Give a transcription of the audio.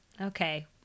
Okay